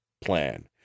plan